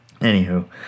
anywho